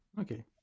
okay